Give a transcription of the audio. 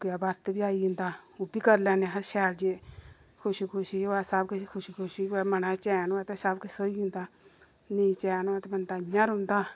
भुग्गे दा बरत बी आई जंदा ओह् बी करी लैने अस शैल जे खुशी खुशी होऐ सब किश खुशी खुशी होऐ मनै ई चैन होऐ ते सब किश होई जंदा नेईं चैन होऐ ते बंदा इ'यां रौहंदा